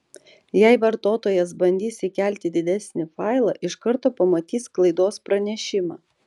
jei vartotojas bandys įkelti didesnį failą iš karto pamatys klaidos pranešimą